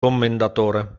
commendatore